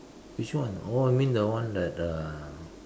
which one oh you mean the one at uh